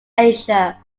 asia